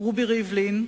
רובי ריבלין,